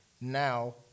Now